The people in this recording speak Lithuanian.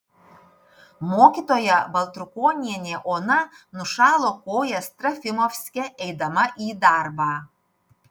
mokytoja baltrukonienė ona nušalo kojas trofimovske eidama į darbą